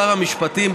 שר המשפטים,